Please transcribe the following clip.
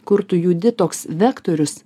kur tu judi toks vektorius